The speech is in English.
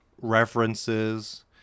references